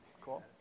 Cool